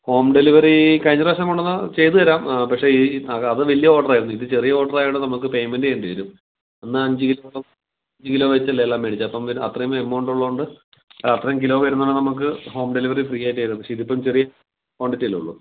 home delivery കഴിഞ്ഞ പ്രാവശ്യം കൊണ്ട് വന്ന് ചെയ്തു തരാം പക്ഷേ ഈ അത് വലിയ ഓർഡർ ആയിരുന്നു ഇത് ചെറിയ ഓർഡറായത് കൊണ്ട് നമുക്ക് പേയ്മെൻ്റ് ചെയ്യേണ്ടി വരും അന്ന് അഞ്ച് കിലോ അഞ്ച് കിലോ വെച്ചല്ലേ എല്ലാം മേടിച്ചെ അപ്പം അത്ര എ എമൗണ്ട് ഉള്ളോണ്ട് അത്രയും കിലോ വരുന്ന നമുക്ക് ഹോം ഡെലിവറി ഫ്രീയായിട്ട് ചെയ്തു പക്ഷേ ഇതിപ്പം ചെറിയ ക്വാണ്ടിറ്റി അല്ലേ ഉള്ളൂ